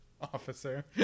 Officer